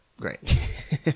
Great